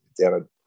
down